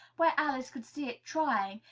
where alice could see it trying,